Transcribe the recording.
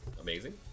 Amazing